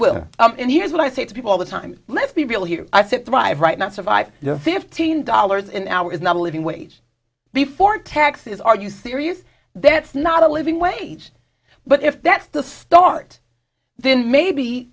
will and here's what i say to people all the time let's be real here i said thrive right not survive your fifteen dollars an hour is not a living wage before taxes are you serious then it's not a living wage but if that's the start then maybe